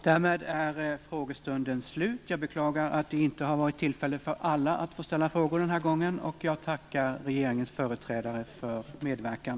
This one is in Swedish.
Därmed är frågestunden slut. Jag beklagar att det inte har funnits tillfälle för alla att ställa frågor denna gång. Jag tackar regeringens företrädare för deras medverkan.